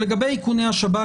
לגבי איכוני השב"כ,